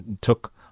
took